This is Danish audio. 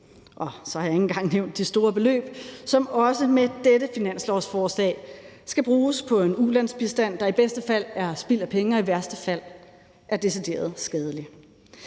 Og så har jeg ikke engang nævnt det store beløb, som også med dette finanslovsforslag skal bruges på en ulandsbistand, der i bedste fald er spild af penge, og som i værste fald er decideret skadelig.